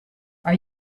are